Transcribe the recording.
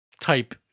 type